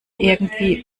irgendwie